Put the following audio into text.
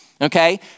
okay